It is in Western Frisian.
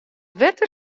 wetter